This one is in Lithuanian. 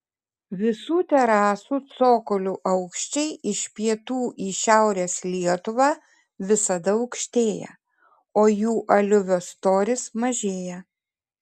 visų terasų cokolių aukščiai iš pietų į šiaurės lietuvą visada aukštėja o jų aliuvio storis mažėja